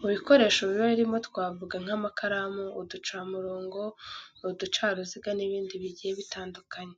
Mu bikoresho biba birimo twavuga nk’amakaramu, uducamurongo, uducaruziga n’ibindi bigiye bitandukanye.